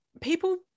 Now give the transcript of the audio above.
people